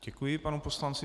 Děkuji panu poslanci.